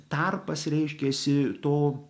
tarpas reiškiasi to